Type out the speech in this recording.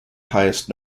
highest